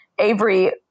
Avery –